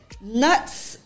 Nuts